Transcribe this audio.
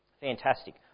Fantastic